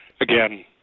again